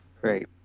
Great